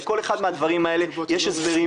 לכל אחד מהדברים האלה יש הסברים.